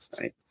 Right